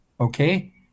Okay